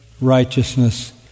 righteousness